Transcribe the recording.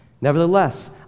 Nevertheless